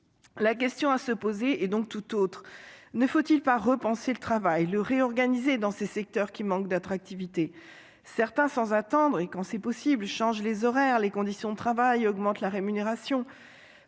La question à se poser est donc tout autre : ne faut-il pas repenser le travail, le réorganiser, dans ces secteurs qui manquent d'attractivité ? Certains, sans attendre, quand c'est possible, modifient les horaires et les conditions de travail, augmentent la rémunération.